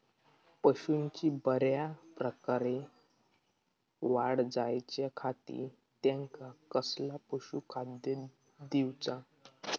पशूंची बऱ्या प्रकारे वाढ जायच्या खाती त्यांका कसला पशुखाद्य दिऊचा?